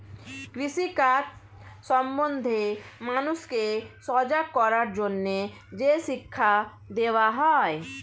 কৃষি কাজ সম্বন্ধে মানুষকে সজাগ করার জন্যে যে শিক্ষা দেওয়া হয়